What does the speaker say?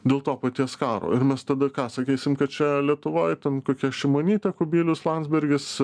dėl to paties karo ir mes tada ką sakysim kad čia lietuvoj ten kokia šimonytė kubilius landsbergis